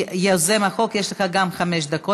כיוזם החוק יש לך גם חמש דקות.